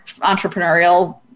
entrepreneurial